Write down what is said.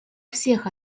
всех